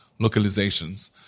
localizations